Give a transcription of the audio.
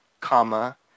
comma